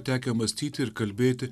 tekę mąstyti ir kalbėti